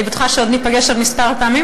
אני בטוחה שניפגש עוד כמה פעמים,